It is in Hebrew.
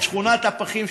את שכונת הפחים,